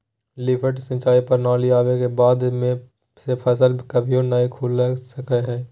lift सिंचाई प्रणाली आवे के बाद से फसल कभियो नय सुखलय हई